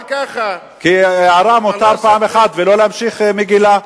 כי הערה מותר פעם אחת, ולא להמשיך מגילה.